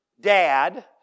dad